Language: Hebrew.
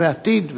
ובעתיד,